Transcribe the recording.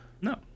No